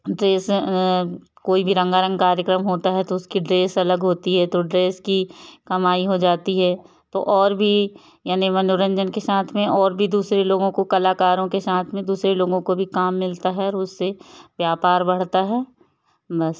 dress कोई भी रंगारंग कार्यक्रम होता है तो उसकी ड्रेस अलग होती है तो ड्रेस की कमाई हो जाती है तो और भी यानी मनोरंजन के साथ में और भी दूसरे लोगों को कलाकारों के साथ में दूसरे लोगों को भी काम मिलता है और उससे व्यापार बढ़ता है बस